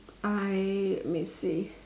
I let me see